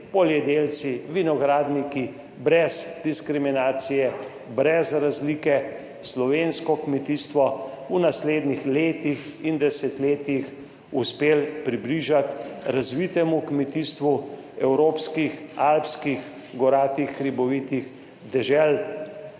poljedelci, vinogradniki, brez diskriminacije, brez razlike slovensko kmetijstvo v naslednjih letih in desetletjih uspeli približati razvitemu kmetijstvu evropskih alpskih, goratih, hribovitih dežel